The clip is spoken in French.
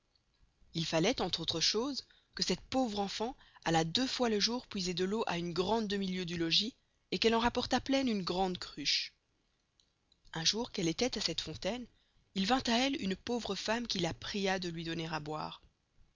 il falloit entre autre chose que cette pauvre enfant allast deux fois le jour puiser de l'eau à une grande demy lieuë du logis et qu'elle en raportast plein une grande cruche un jour qu'elle estoit à cette fontaine il vint à elle une pauvre femme qui la pria de luy donner à boire